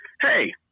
Hey